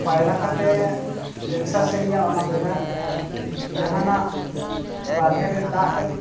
ᱯᱟᱭᱨᱟ ᱠᱟᱛᱮ ᱮᱠᱥᱟᱨᱥᱟᱭᱤᱡᱟ ᱚᱱᱟ ᱵᱷᱮᱜᱟᱨ ᱟᱨ ᱡᱟᱦᱟᱱᱟᱜ ᱵᱟᱨᱦᱮ ᱨᱮ ᱫᱟᱜ ᱨᱮ